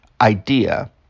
idea